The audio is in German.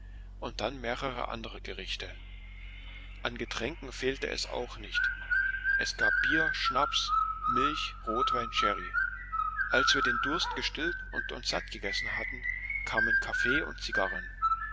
und dann mehrere andere gerichte an getränken fehlte es auch nicht es gab bier schnaps milch rotwein sherry als wir den durst gestillt und uns satt gegessen hatten kamen kaffee und zigarren